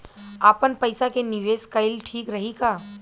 आपनपईसा के निवेस कईल ठीक रही का?